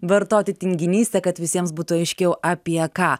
vartoti tinginystė kad visiems būtų aiškiau apie ką